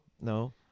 no